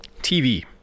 tv